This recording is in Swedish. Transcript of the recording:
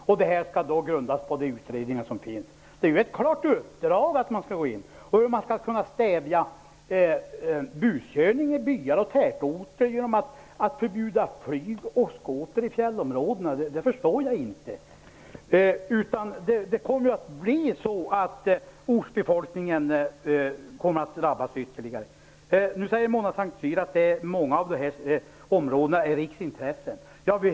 Detta skall grundas på de utredningar som gjorts. Det är ett klart uppdrag att man skall gå in. Men jag förstår inte hur man skall kunna stävja buskörning i byar och tätorter genom att förbjuda flyg och skoter i fjällområdena. Ortsbefolkningen kommer i stället att drabbas ytterligare. Mona Saint Cyr sade att många av dessa områden är av riksintresse.